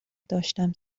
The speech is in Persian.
داشتم